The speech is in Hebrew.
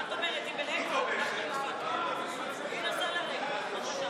גם היום המכוורות הגדולות, אדוני היושב-ראש,